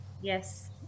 Yes